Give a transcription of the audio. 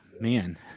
Man